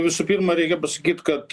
visų pirma reikia pasakyt kad